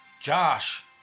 Josh